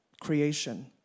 creation